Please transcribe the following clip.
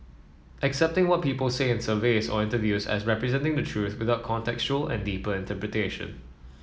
accepting what people say in surveys or interviews as representing the truth without contextual and deeper interpretation